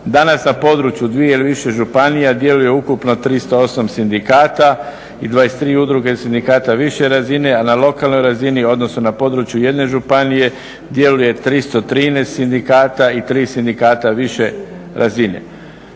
Danas na području dvije ili više županija djeluje ukupno 308 sindikata i 23 udruge sindikata više razine a na lokalnoj razini odnosno na području jedne županije djeluje 313 sindikata i 3 sindikata više razine.